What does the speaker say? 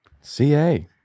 Ca